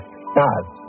stars